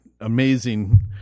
amazing